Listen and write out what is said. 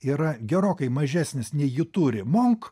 yra gerokai mažesnis nei jį turi monk